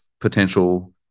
potential